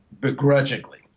begrudgingly